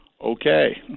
Okay